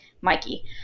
Mikey